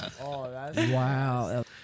Wow